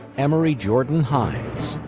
emery jordan hines,